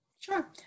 Sure